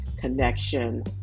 connection